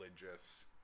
religious